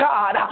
God